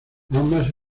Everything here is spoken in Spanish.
ambas